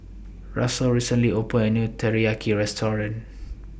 Russell recently opened A New Teriyaki Restaurant